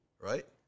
Right